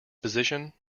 position